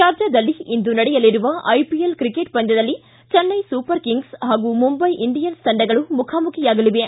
ಶಾರ್ಜಾದಲ್ಲಿ ಇಂದು ನಡೆಯಲಿರುವ IPL cricket ಪಂದ್ಯದಲ್ಲಿ ಚೆನ್ನೈ ಸೂಪರ್ ಕಿಂಗ್ಸ್ ಪಾಗೂ ಮುಂಬೈ ಇಂಡಿಯನ್ಸ್ ತಂಡಗಳು ಮುಖಾಮುಖಿಯಾಗಲಿವೆ